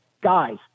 guys